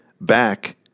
back